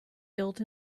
built